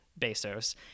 Bezos